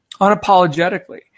unapologetically